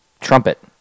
trumpet